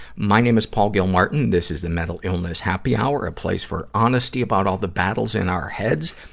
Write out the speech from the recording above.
my name is paul gilmartin. this is the mental illness happy hour a place for honesty about all the battles in our heads,